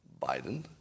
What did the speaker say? Biden